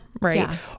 right